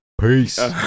Peace